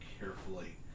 Carefully